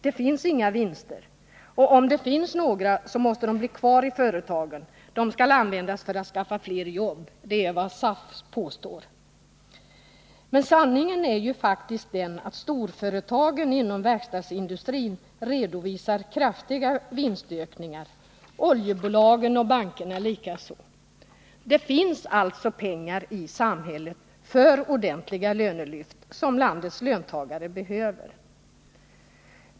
Det finns inga vinster, och om det finns några så måste de bli kvar i företagen. De skall användas för att skaffa fler jobb. Det är vad SAF påstår. Men sanningen är ju faktiskt den att storföretagen inom verkstadsindustrin redovisar kraftiga vinstökningar, oljebolagen och bankerna likaså. Det finns alltså pengar i samhället för ordentliga lönelyft, som landets löntagare behöver.